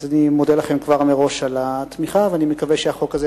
אז אני מודה לכם כבר מראש על התמיכה ואני מקווה שהחוק הזה,